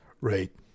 Right